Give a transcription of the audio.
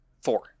four